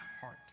heart